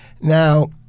now